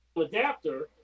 adapter